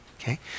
Okay